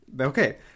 okay